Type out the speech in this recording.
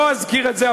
לא אזכיר את זה,